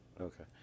Okay